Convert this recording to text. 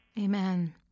Amen